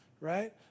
right